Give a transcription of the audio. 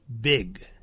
big